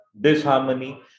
disharmony